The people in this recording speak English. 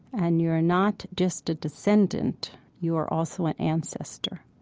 and you're not just a descendent, you are also an ancestor,